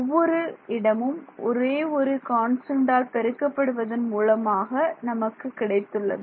ஒவ்வொரு இடமும் ஒரே ஒரு கான்ஸ்டன்ட்டால் பெருக்கப்படுவதன் மூலமாக நமக்கு கிடைத்துள்ளது